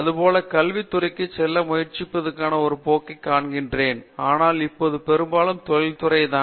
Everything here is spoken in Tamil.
அதுபோல கல்வித் துறைக்குச் செல்ல முயற்சிப்பதற்கான ஒரு போக்கைக் காண்கிறேன் அனாலும் இப்போதும் பெரும்பாலும் தொழில்துறைக்கு தான்